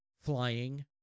Flying